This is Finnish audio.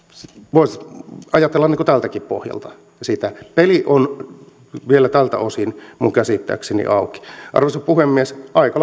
voisi ajatella tältäkin pohjalta sitä peli on vielä tältä osin minun käsittääkseni auki arvoisa puhemies aika